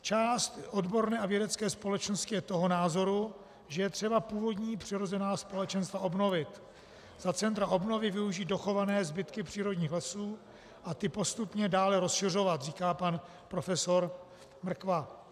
Část odborné a vědecké společnosti je toho názoru, že je třeba původní přirozená společenstva obnovit, za centra obnovy využít dochované zbytky přírodních lesů a ty postupně dále rozšiřovat, říká pan profesor Mrkva.